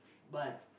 but